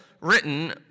written